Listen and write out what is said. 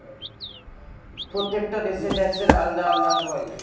প্রত্যেকটা দেশে ট্যাক্সের আলদা আলদা হার হয়